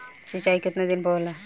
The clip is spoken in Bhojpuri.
सिंचाई केतना दिन पर होला?